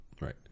Right